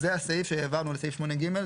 זה הסעיף שהעברנו לסעיף 8ג,